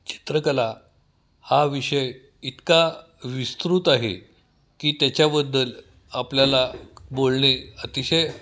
चित्रकला हा विषय इतका विस्तृत आहे की त्याच्याबद्दल आपल्याला बोलणे अतिशय